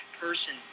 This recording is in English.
person